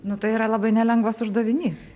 nu tai yra labai nelengvas uždavinys